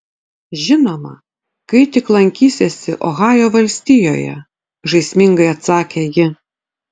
žinoma kai tik lankysiesi ohajo valstijoje žaismingai atsakė ji